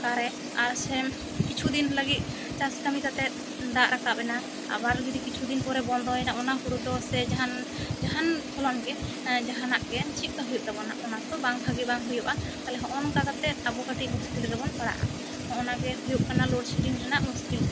ᱚᱱᱠᱟ ᱨᱮ ᱟᱨ ᱥᱮᱱ ᱠᱤᱪᱷᱩ ᱫᱤᱱ ᱞᱟᱹᱜᱤᱫ ᱪᱟᱥ ᱠᱟᱹᱢᱤ ᱠᱟᱛᱮ ᱫᱟᱜ ᱨᱟᱠᱟᱵ ᱮᱱᱟ ᱟᱵᱟᱨ ᱡᱩᱫᱤ ᱠᱤᱪᱷᱩ ᱫᱤᱱ ᱯᱚᱨᱮ ᱵᱚᱱᱫᱚ ᱭᱮᱱᱟ ᱚᱱᱟ ᱦᱳᱲᱳ ᱫᱚ ᱥᱮ ᱠᱟᱦᱟᱱ ᱡᱟᱦᱟᱱ ᱯᱷᱚᱞᱚᱱ ᱜᱮ ᱡᱟᱦᱟᱱᱟᱜ ᱜᱮ ᱪᱮᱫ ᱠᱟ ᱦᱩᱭᱩᱜ ᱛᱟᱵᱚᱱᱟ ᱚᱱᱟ ᱛᱚ ᱵᱟᱝ ᱵᱷᱟᱹᱜᱤ ᱵᱟᱝ ᱦᱩᱭᱩᱜᱼᱟ ᱛᱟᱞᱮ ᱦᱚᱜᱚ ᱱᱚᱝᱠᱟ ᱠᱟᱛᱮᱫ ᱟᱵᱚ ᱠᱟᱹᱴᱤᱜ ᱢᱩᱥᱠᱤᱞ ᱨᱮᱵᱟᱱ ᱯᱟᱲᱟᱜᱼᱟ ᱦᱚᱜᱼᱚᱭ ᱱᱟᱜᱮ ᱦᱩᱭᱩᱜ ᱠᱟᱱᱟ ᱞᱚᱰᱥᱮᱰᱚᱝ ᱨᱮᱱᱟᱜ ᱢᱩᱥᱠᱤᱞ ᱫᱚ